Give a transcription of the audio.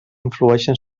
influeixen